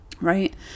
right